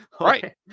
right